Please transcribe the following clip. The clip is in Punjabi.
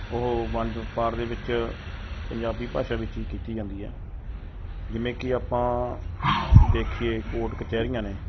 ਉਹ ਵਣਜ ਵਪਾਰ ਦੇ ਵਿੱਚ ਪੰਜਾਬੀ ਭਾਸ਼ਾ ਵਿੱਚ ਹੀ ਕੀਤੀ ਜਾਂਦੀ ਹੈ ਜਿਵੇਂ ਕਿ ਆਪਾਂ ਦੇਖੀਏ ਕੋਟ ਕਚਹਿਰੀਆਂ ਨੇ